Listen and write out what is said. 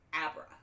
Abra